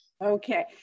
Okay